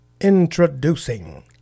Introducing